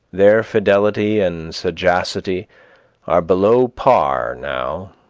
their fidelity and sagacity are below par now.